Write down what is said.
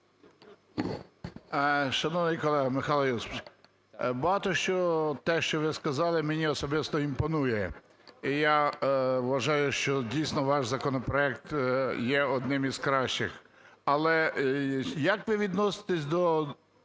Шановний колего Михайло Йосифович, багато, що того, що ви сказали мені особисто імпонує. І я вважаю, що дійсно, ваш законопроект є одним із кращих. Але, як ви відноситесь до